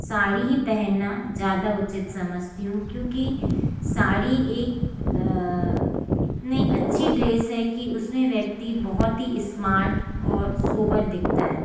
साड़ी पहनना ज़्यादा उचित समझती हूँ क्योंकि साड़ी एक इतनी अच्छी ड्रेस है कि उस में व्यक्ति बहुत ही इस्मार्ट और सोबर दिखता है